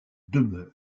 demeure